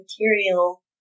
material